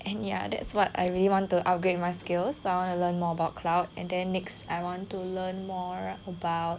and ya that's what I really want to upgrade my skill so I want to learn more about cloud and then next I want to learn more about